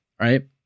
right